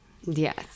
Yes